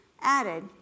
added